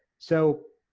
so,